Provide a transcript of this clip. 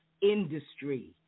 industry